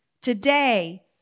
Today